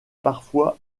parfois